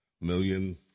million